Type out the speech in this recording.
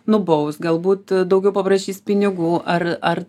nubaus galbūt daugiau paprašys pinigų ar ar